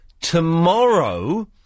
tomorrow